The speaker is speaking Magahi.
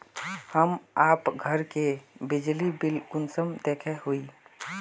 हम आप घर के बिजली बिल कुंसम देखे हुई?